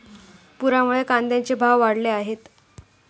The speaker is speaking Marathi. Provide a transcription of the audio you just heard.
पुरामुळे कांद्याचे भाव वाढले आहेत